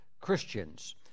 Christians